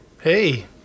Hey